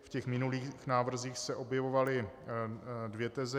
V minulých návrzích se objevovaly dvě teze.